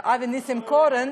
אבי ניסנקורן,